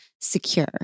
secure